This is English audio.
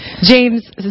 James